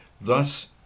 Thus